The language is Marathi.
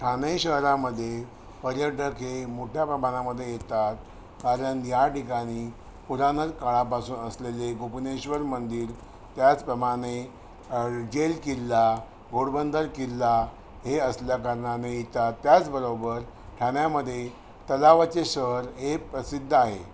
ठाणे शहरामध्ये पर्यटक हे मोठ्या प्रमाणामध्ये येतात कारण या ठिकाणी पुराण काळापासून असलेले गोपनेश्वर मंदिर त्याचप्रमाणे जेल किल्ला घोडबंदर किल्ला हे असल्याकारणाने येतात त्याचबरोबर ठाण्यामध्ये तलावाचे शहर हे प्रसिद्ध आहे